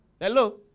Hello